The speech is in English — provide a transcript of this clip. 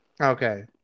Okay